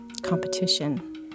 competition